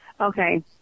Okay